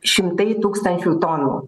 šimtai tūkstančių tonų